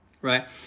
right